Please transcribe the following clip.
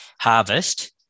harvest